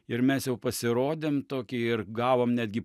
ir mes jau pasirodėm tokį ir gavom netgi